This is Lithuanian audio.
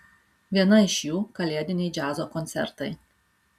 vieną iš jų kalėdiniai džiazo koncertai